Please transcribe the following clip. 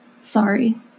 Sorry